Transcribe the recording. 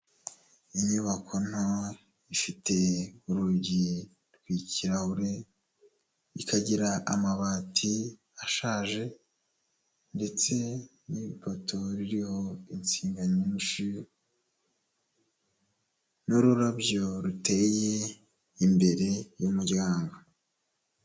Inyubako nto ifite urugi rw'ikirahure, ikagira amabati ashaje ndetse n'ipoto ririho insinga nyinshi n'ururabyo ruteye imbere y'umuryango.